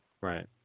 right